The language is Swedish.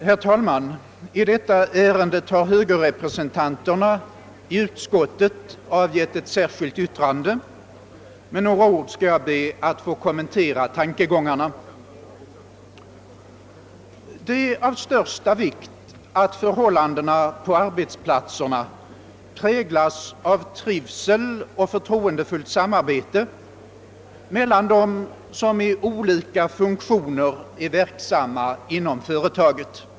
Herr talman! I detta ärende har vi högerrepresentanter i utskottet avgivit ett särskilt yttrande. Jag ber att med några ord få kommentera de tankegångar som där förekommer. Det är av största vikt att förhållandena på arbetsplatserna präglas av trivsel och förtroendefullt samarbete mellan dem som i olika funktioner är verksamma inom företaget.